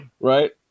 Right